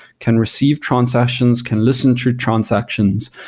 can receive transactions, can listen to transactions.